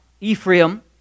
Ephraim